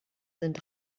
sind